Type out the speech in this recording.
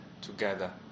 together